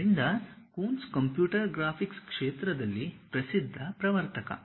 ಆದ್ದರಿಂದ Coons computer graphics ಕ್ಷೇತ್ರದಲ್ಲಿ ಪ್ರಸಿದ್ಧ ಪ್ರವರ್ತಕ